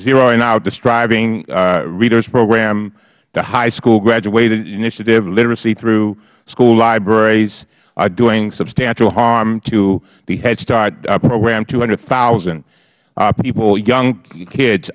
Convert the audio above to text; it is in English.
zeroing out describing reader's program the high school graduated initiative literacy through school libraries doing substantial harm to the head start program two hundred thousand people young kids